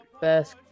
best